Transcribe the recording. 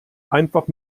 einfach